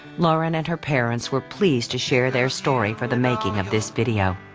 lauren and her parents were pleased to share their story for the making of this video.